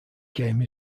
game